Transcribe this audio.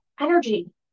energy